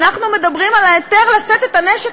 אנחנו מדברים על ההיתר לשאת את הנשק,